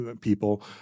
people